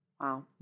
Wow